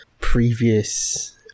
previous